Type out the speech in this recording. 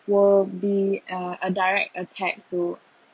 will be uh a direct attack to